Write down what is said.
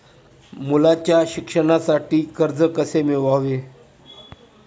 मुलाच्या शिक्षणासाठी कर्ज कसे मिळवावे?